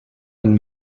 and